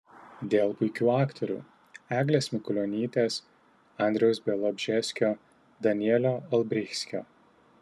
dėl puikių aktorių eglės mikulionytės andriaus bialobžeskio danielio olbrychskio